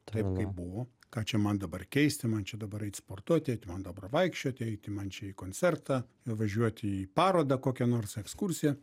taip kaip buvo ką čia man dabar keisti man čia dabar eit sportuoti eit man dabar vaikščioti eiti man čia į koncertą važiuoti į parodą kokią nors ekskursiją